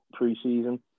preseason